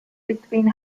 between